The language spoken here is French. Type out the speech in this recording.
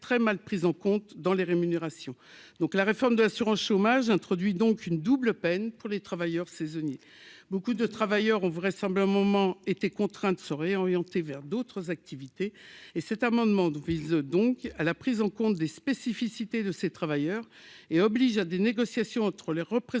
très mal pris en compte dans les rémunérations, donc la réforme de l'assurance chômage introduit donc une double peine pour les travailleurs saisonniers beaucoup de travailleurs ont vraisemblablement été contraint de se réorienter vers d'autres activités et cet amendement vise donc à la prise en compte des spécificités de ces travailleurs et oblige à des négociations entre les représentants